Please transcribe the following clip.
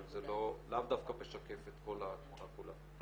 אבל זה לאו דווקא משקף את כל התמונה כולה.